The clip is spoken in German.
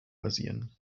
basieren